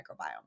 microbiome